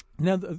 Now